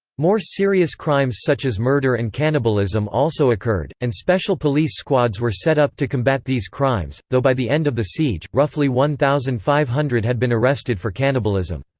more serious crimes such as murder and cannibalism also occurred, and special police squads were set up to combat these crimes, though by the end of the siege, roughly one thousand five hundred had been arrested for cannibalism.